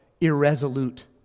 irresolute